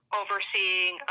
overseeing